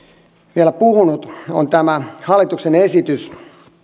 vielä puhunut se on tämä hallituksen esitys